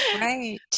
Right